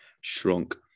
shrunk